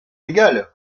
légales